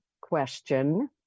question